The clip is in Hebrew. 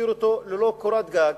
הותירו אותו ללא קורת גג.